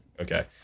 Okay